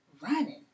running